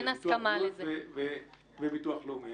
ביטוח בריאות וביטוח לאומי.